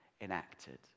enacted